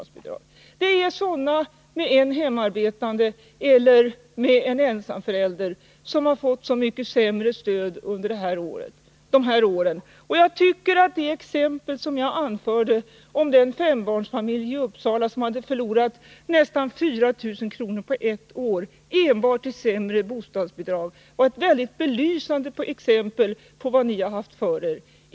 Det är familjer med en hemarbetande eller med en ensamförälder som har fått så mycket sämre stöd under de här åren. Jag tycker att det exempel som jag anförde — en fembarnsfamilj i Uppsala som hade förlorat nästan 4000 kr. på ett år enbart genom sämre bostadsbidrag — var väldigt belysande för vad ni har haft för er.